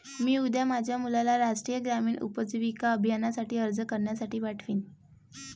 मी उद्या माझ्या मुलाला राष्ट्रीय ग्रामीण उपजीविका अभियानासाठी अर्ज करण्यासाठी पाठवीन